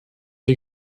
wir